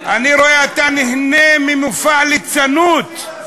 אתה נהנה ממופע הליצנות.